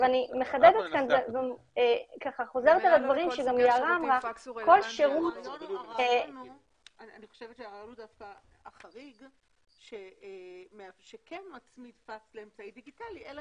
אני חושבת שהחריג שכן מצמיד פקס לאמצעי דיגיטלי אלא